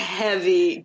heavy